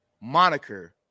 moniker